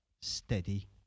steady